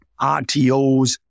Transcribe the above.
RTOs